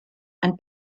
and